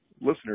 listeners